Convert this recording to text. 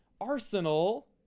arsenal